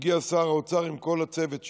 הגיע שר האוצר עם כל הצוות שלו.